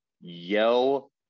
yell